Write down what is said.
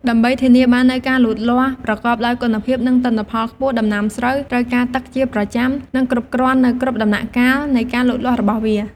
ដើម្បីធានាបាននូវការលូតលាស់ប្រកបដោយគុណភាព និងទិន្នផលខ្ពស់ ដំណាំស្រូវត្រូវការទឹកជាប្រចាំ និងគ្រប់គ្រាន់នៅគ្រប់ដំណាក់កាលនៃការលូតលាស់របស់វា។